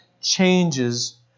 changes